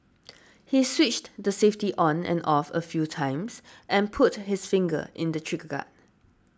he switched the safety on and off a few times and put his finger in the trigger guard